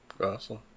Awesome